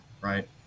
right